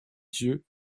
dieu